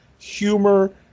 humor